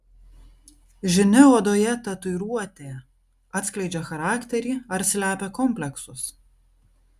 žinia odoje tatuiruotė atskleidžia charakterį ar slepia kompleksus